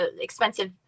expensive